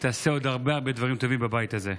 ותעשה עוד הרבה הרבה דברים טובים בבית הזה.